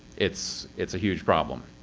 it's it's a huge problem.